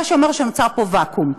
מה שאומר שנוצר פה ואקום.